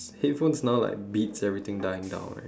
headphones now like beats everything dying down right